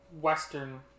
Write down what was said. Western